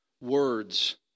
words